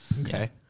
okay